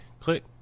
Click